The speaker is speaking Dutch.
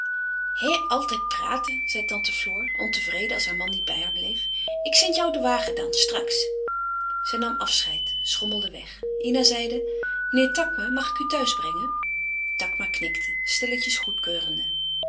hè altijd praten zei tante floor ontevreden als haar man niet bij haar bleef ik send jou de wagen dan straks zij nam afscheid schommelde weg ina zeide meneer takma mag ik u thuis brengen takma knikte stilletjes goedkeurende